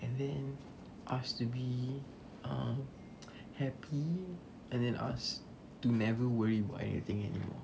and then ask to be uh happy and then ask to never worry about anything anymore